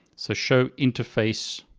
so show interface,